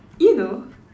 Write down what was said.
you know